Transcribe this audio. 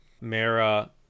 Mara